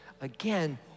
again